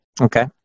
Okay